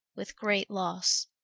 with great losse.